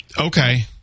Okay